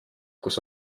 kus